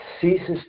ceases